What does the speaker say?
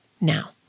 Now